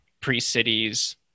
pre-cities